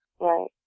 Right